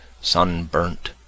sunburnt